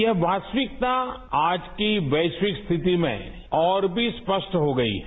यह वास्तविकता आज की वैश्विक स्थिति में और भी स्पष्ट हो गयी है